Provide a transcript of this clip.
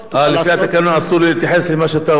לפי התקנון אסור לי להתייחס למה שאתה אומר?